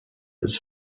his